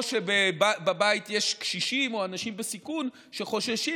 או שבבית יש קשישים או אנשים בסיכון שחוששים